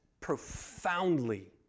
profoundly